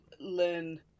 learn